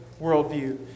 worldview